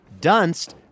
Dunst